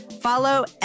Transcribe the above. Follow